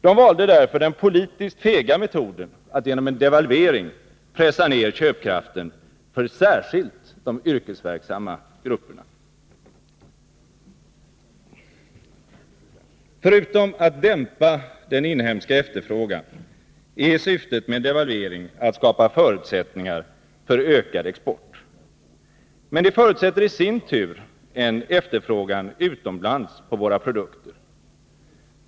De valde därför den politiskt fega metoden att genom en devalvering pressa ned köpkraften för särskilt de yrkesverksamma grupperna. Förutom att dämpa den inhemska efterfrågan är syftet med en devalvering att skapa förutsättningar för ökad export. Men det förutsätter i sin tur en efterfrågan utomlands på våra produkter.